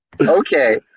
Okay